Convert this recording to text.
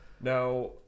now